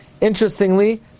Interestingly